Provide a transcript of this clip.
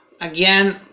again